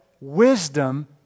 wisdom